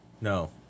No